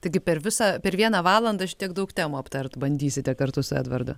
taigi per visą per vieną valandą daug temų aptart bandysite kartu su edvardu